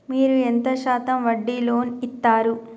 మీరు ఎంత శాతం వడ్డీ లోన్ ఇత్తరు?